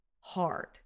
hard